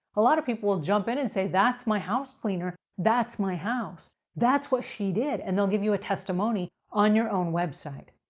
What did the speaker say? a lot of people will jump in and say, that's my house cleaner. that's my house. that's what she did. and they'll give you a testimony on your own website.